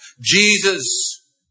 Jesus